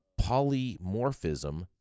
polymorphism